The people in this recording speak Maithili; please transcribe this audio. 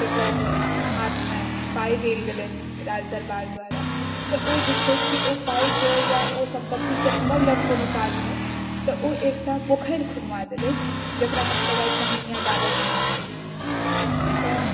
जकर हाथ मे पाइ देल गेलनि राजदरबार द्वारा तऽ ओ बुझलथि की ओ पाइ के या ओ सम्पत्ति के हमर लग कोनो काज नहि तऽ ओ एकटा पोखरि खुनबा देलथि जेकरा हमसब आइ चमेनिया डाबर के नाम से जनैत छी तऽ